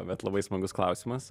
bet labai smagus klausimas